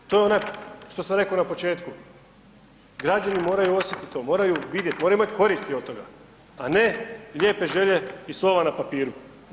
To je ono što sam rekao na početku, građani moraju osjetiti to, moraju vidjet, moraju imati koristi od toga, a ne lijepe želje i slova na papiru.